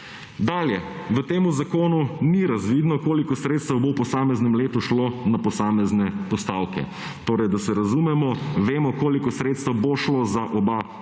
Dalje, v temu zakonu ni razvidno koliko sredstev bo v posameznem letu šlo na posamezne postavke. Torej, da se razumemo, vemo koliko sredstev bo šlo za oba UKC-ja.